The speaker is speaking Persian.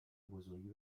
بزرگی